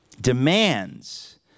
demands